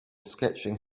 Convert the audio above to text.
sketching